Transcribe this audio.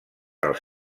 als